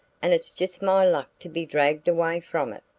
and it's just my luck to be dragged away from it!